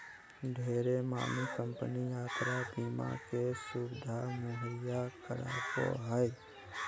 ढेरे मानी कम्पनी यात्रा बीमा के सुविधा मुहैया करावो हय